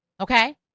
Okay